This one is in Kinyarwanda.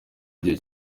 igihe